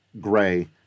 gray